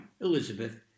Elizabeth